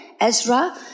Ezra